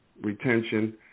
retention